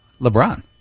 LeBron